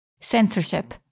censorship